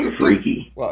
freaky